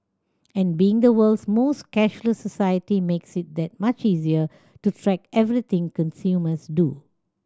and being the world's most cashless society makes it that much easier to track everything consumers do